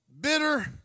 bitter